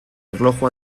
erloju